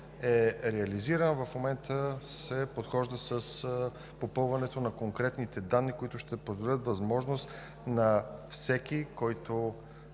е реализиран. В момента се подхожда с попълването на конкретните данни, които ще дадат възможност на всеки